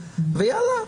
ויאללה,